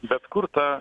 bet kur ta